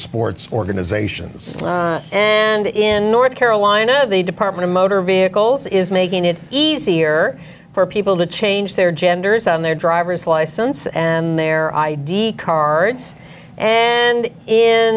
sports organizations and in north carolina the department of motor vehicles is making it easier for people to change their genders on their driver's license and their id cards and